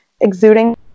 exuding